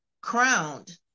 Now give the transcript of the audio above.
crowned